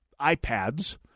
iPads